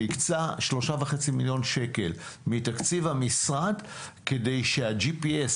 הקצה 3,500,000 שקל מתקציב כדי שה-GPS,